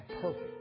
perfect